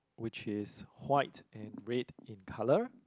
which is white and red in color